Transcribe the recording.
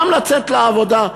גם לצאת לעבודה,